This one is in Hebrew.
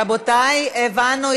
רבותי, הבנו.